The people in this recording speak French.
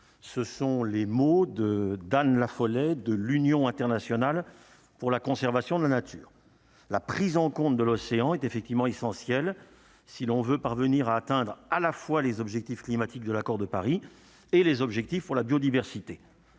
ce sont les mots de Dan de l'Union internationale pour la conservation de la nature, la prise en compte de l'océan est effectivement essentiel si l'on veut parvenir à atteindre, à la fois les objectifs climatiques de l'accord de Paris et les objectifs pour la biodiversité.